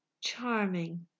Charming